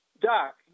Doc